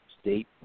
state